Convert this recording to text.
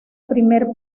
primer